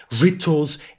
rituals